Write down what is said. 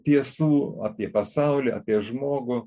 tiesų apie pasaulį apie žmogų